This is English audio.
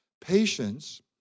Patience